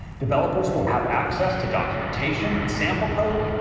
developers will have access to documentation and sample code,